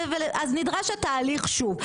אז נדרש התהליך שוב,